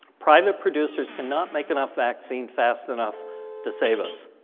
private producers cannot make enough vaccine fast enough to save us.